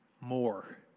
more